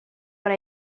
what